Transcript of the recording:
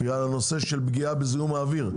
בגלל הנושא של זיהום אוויר.